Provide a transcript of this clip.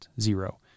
zero